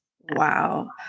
wow